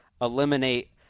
eliminate